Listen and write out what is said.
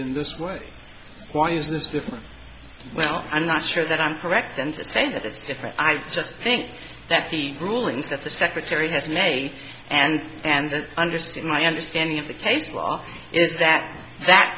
in this way why is this different well i'm not sure that i'm correct then to say that it's different i just think that the rulings that the secretary has made and and understood my understanding of the case law is that that